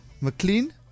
McLean